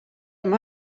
hem